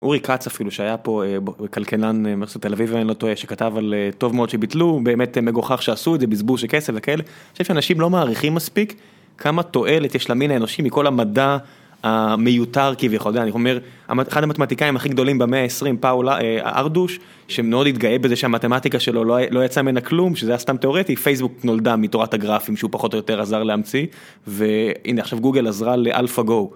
אורי כץ אפילו שהיה פה, כלכלן מחוז תל אביב, שכתב על טוב מאוד שביטלו, באמת מגוחך שעשו את זה, בזבוז של כסף וכאלה, אני חושב שאנשים לא מעריכים מספיק כמה תועלת יש למין האנושי מכל המדע המיותר כביכול, אני אומר, אחד המתמטיקאים הכי גדולים במאה ה-20, פאול ארדוש, שמאוד התגאה בזה שהמתמטיקה שלו לא יצאה ממנה כלום, שזה היה סתם תיאורטי, פייסבוק נולדה מתורת הגרפים, שהוא פחות או יותר עזר להמציא והנה עכשיו גוגל עזרה לאלפא גו.